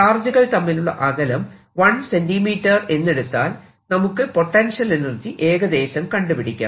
ചാർജുകൾ തമ്മിലുള്ള അകലം 1cm എന്നെടുത്താൽ നമുക്ക് പൊട്ടൻഷ്യൽ എനർജി ഏകദേശം കണ്ടുപിടിക്കാം